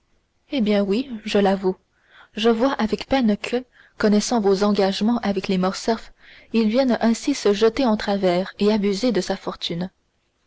eh bien oui je l'avoue je vois avec peine que connaissant vos engagements avec les morcerf il vienne ainsi se jeter en travers et abuser de sa fortune